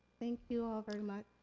thank you all very much.